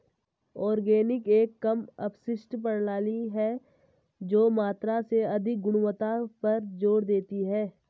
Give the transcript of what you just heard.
organic एक कम अपशिष्ट प्रणाली है जो मात्रा से अधिक गुणवत्ता पर जोर देती है